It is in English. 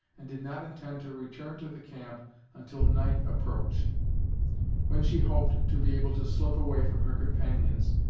and did not intend to return to the camp until night approached when she hoped to be able to slip away from her companions,